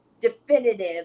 definitive